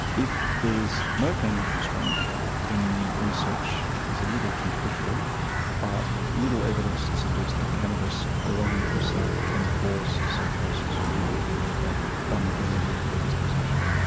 if there is no family history then the research is a little conflicted but and there's little evidence to suggest that cannabis alone per say can cause psychosis, you really do need that vulnerability or predisposition.